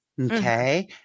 Okay